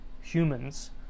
humans